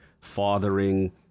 fathering